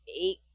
eight